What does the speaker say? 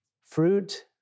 fruit